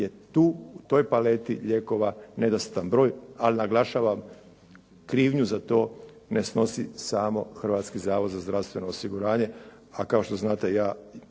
je tu u toj paleti lijekova nedostatan broj. Ali naglašavam krivnju za to ne snosi samo Hrvatski zavod za zdravstveno osiguranje, a kao što znate ja